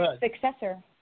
successor